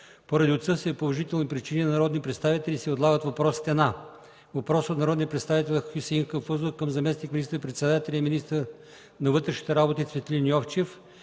поради отсъствие по уважителни причини на народни представители се отлагат отговорите на: - въпрос от народния представител Хюсеин Хафъзов към заместник министър-председателя и министър на вътрешните работи Цветлин Йовчев;